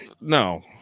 no